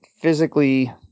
physically